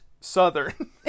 southern